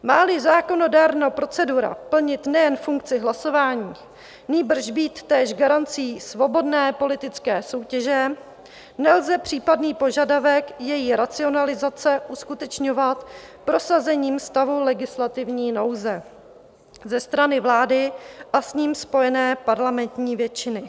Máli zákonodárná procedura plnit nejen funkci hlasování, nýbrž být též garancí svobodné politické soutěže, nelze případný požadavek její racionalizace uskutečňovat prosazením stavu legislativní nouze ze strany vlády a s ním spojené parlamentní většiny.